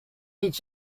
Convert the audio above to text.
each